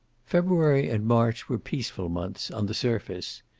february and march were peaceful months, on the surface.